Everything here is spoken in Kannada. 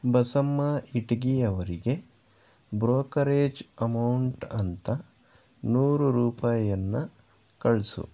ಬಸಮ್ಮ ಇಟಗಿ ಅವರಿಗೆ ಬ್ರೋಕರೇಜ್ ಅಮೌಂಟ್ ಅಂತ ನೂರು ರೂಪಾಯಿಯನ್ನು ಕಳಿಸು